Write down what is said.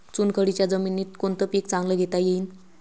चुनखडीच्या जमीनीत कोनतं पीक चांगलं घेता येईन?